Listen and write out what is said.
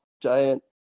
giant